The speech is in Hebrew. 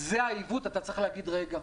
זה העיוות, אתה צריך להגיד, רגע,